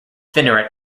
thinner